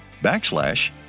backslash